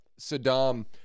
Saddam